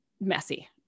messy